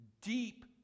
Deep